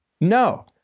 No